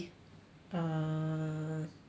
err okay never mind